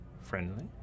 friendly